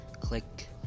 click